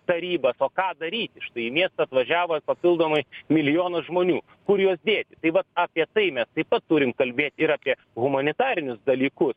tarybas o ką daryti štai į miestą atvažiavo papildomai milijonas žmonių kur juos dėti tai vat apie tai mes taip pat turim kalbėt ir apie humanitarinius dalykus